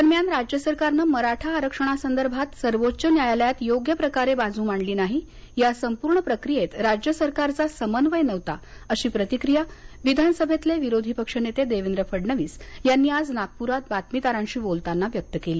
दरम्यान राज्य सरकारनं मराठा आरक्षणासंदर्भात सर्वोच्च न्यायालयात योग्य प्रकारे बाजू मांडली नाही या संपूर्ण प्रक्रियेत राज्य सरकारचा समन्वय नव्हता अशी प्रतिक्रिया विधानसभेतले विरोधी पक्षनेते देवेंद्र फडणवीस यांनी आज नागपूरात बातमीदारांशी बोलतांना व्यक्त केली